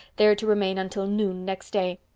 there to remain until noon next day.